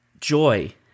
Joy